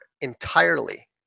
entirely